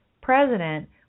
president